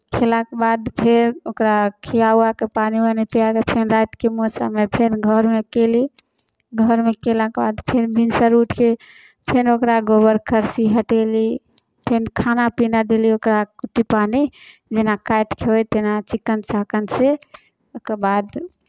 खयलाके बाद फेर ओकरा खिआ उआ कऽ पानि वानि पिया कऽ फेर रातिके मौसममे फेर घरमे कयली घरमे कयलाके बाद फेर भिनसर उठि कऽ फेर ओकर गोबर करसी हटयली फेर खाना पीना देली ओकरा कुट्टी पानि जेना काटि कऽ होय तेना चिक्कन चाकनसँ ओहिके बाद